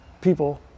People